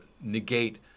negate